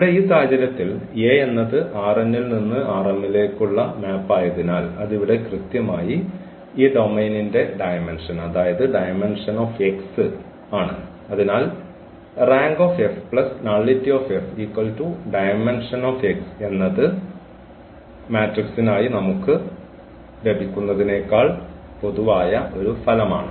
ഇവിടെ ഈ സാഹചര്യത്തിൽ A എന്നത് ൽ നിന്നു ലേക്ക് ഉള്ള മാപ് ആയതിനാൽ അതിവിടെ കൃത്യമായി ഈ ഡൊമെയ്നിന്റെ ഡയമെന്ഷൻ അതായത് ഡയമെന്ഷൻ of X ആണ് അതിനാൽ എന്നത് മെട്രിക്സിനായി നമുക്ക് ലഭിക്കുന്നതിനേക്കാൾ പൊതുവായ ഫലമാണ്